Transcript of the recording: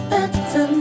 Better